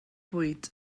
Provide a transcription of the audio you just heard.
bwyd